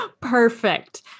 Perfect